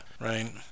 right